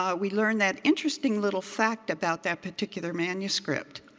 um we learn that interesting little fact about that particular manuscript.